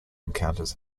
encounters